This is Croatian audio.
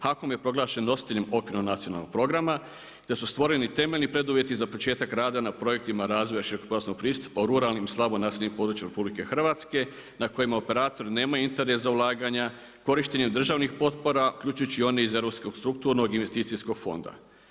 HAKOM je proglašen nositeljem Okvirnog nacionalnog programa te su stvoreni temeljni preduvjeti za početak rada na projektima razvoja širokopojasnog pristupa u ruralnim i slabo naseljenim područjima RH na kojima operatori nemaju interes za ulaganja, korištenjem državnih potpora uključujući i one za Ruskog strukturnog, investicijskog fonda.